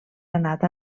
anat